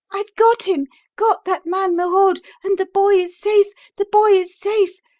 i've got him got that man merode, and the boy is safe, the boy is safe!